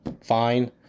fine